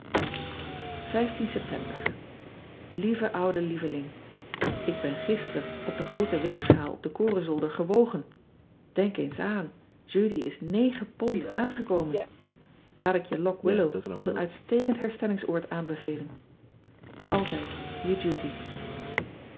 eptember ieve oude ieveling k ben gisteren op de groote weegschaal op den korenzolder gewogen enk eens aan udy is pond aangekomen aat ik je ock illow als een uitstekend herstellingsoord aanbevelen ltijd e udy